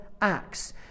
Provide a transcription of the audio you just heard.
acts